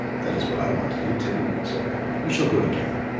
that is what i want to do too, said rabbit we shall go together.